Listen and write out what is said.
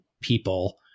people